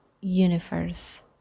universe